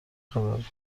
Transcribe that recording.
خبره